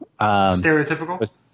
Stereotypical